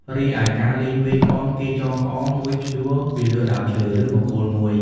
រីឯការលេងវាយក្អមគេចងក្អមមួយព្យួរពីលើដើមឈើ ឬបង្គោលមួយ ។